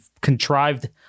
contrived